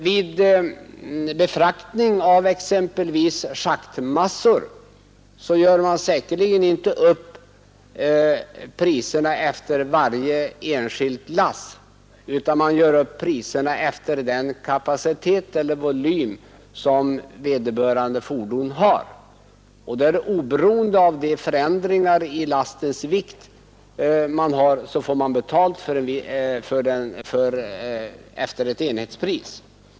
Vid befraktning av exempelvis schaktmassor gör man inte upp priserna efter varje enskilt lass utan efter den kapacitet eller volym som vederbörande fordon har. Oberoende av förändringar i lastens vikt får man betalt efter ett enhetspris.